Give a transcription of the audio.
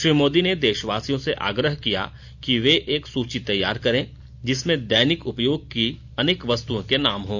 श्री मोदी ने देशवासियों से आग्रह किया कि वे एक सूची तैयार करे जिसमें दैनिक उपयोग की अनेक वस्तुओं के नाम हों